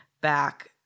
back